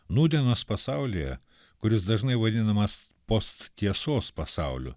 nūdienos pasaulyje kuris dažnai vadinamas post tiesos pasauliu